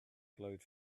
glowed